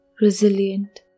resilient